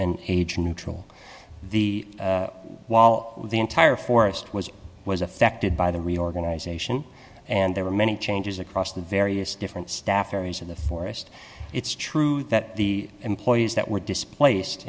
and age neutral the wall the entire forest was was affected by the reorganization and there were many changes across the various different staff areas of the forest it's true that the employees that were displaced